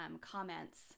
comments